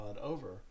over